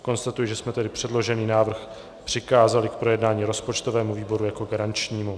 Konstatuji, že jsme tedy předložený návrh přikázali k projednání rozpočtovému výboru jako garančnímu.